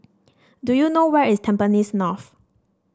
do you know where is Tampines North